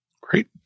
Great